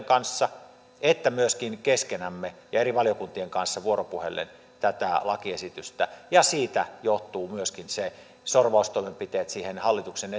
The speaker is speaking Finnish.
kanssa että myöskin keskenämme ja eri valiokuntien kanssa vuoropuhellen tätä lakiesitystä siitä johtuvat myöskin ne sorvaustoimenpiteet siihen hallituksen